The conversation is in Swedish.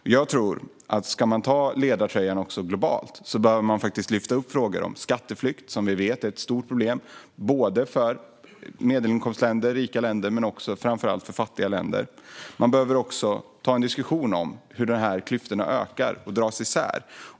Om man ska ta ledartröjan också globalt behöver man ta upp frågor om skatteflykt, som vi vet är ett stort problem för medelinkomstländer och rika länder men framför allt för fattiga länder. Man behöver också ta en diskussion om hur klyftorna ökar och drar isär.